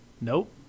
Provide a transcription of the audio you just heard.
Nope